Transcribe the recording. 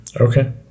Okay